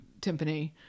timpani